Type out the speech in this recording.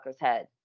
head